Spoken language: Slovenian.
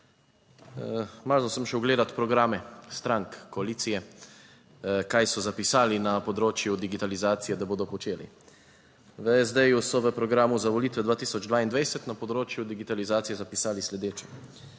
Malo sem šel gledat programe strank koalicije, kaj so zapisali na področju digitalizacije, da bodo počeli. V SD so v programu za volitve 2022 na področju digitalizacije zapisali sledeče: